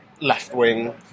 left-wing